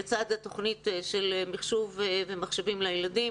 לצד התוכנית של מחשוב ומחשבים לילדים